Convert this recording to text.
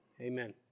Amen